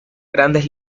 grandes